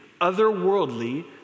otherworldly